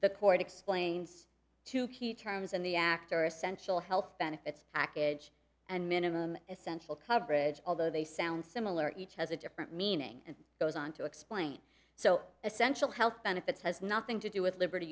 the court explains two key terms and the actor essential health benefits package and minimum essential coverage although they sound similar each has a different meaning and goes on to explain so essential health benefits has nothing to do with liberty